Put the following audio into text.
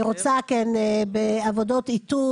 היא רוצה עבודות איתות,